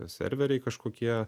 serveriai kažkokie